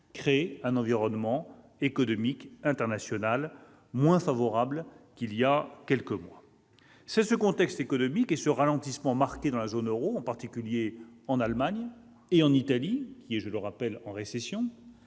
créent un environnement économique international moins favorable qu'il y a quelques mois. C'est ce contexte, avec le ralentissement marqué dans la zone euro, en particulier en Allemagne et en Italie- qui est en récession,